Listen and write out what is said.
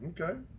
Okay